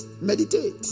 Meditate